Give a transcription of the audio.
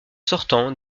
sortant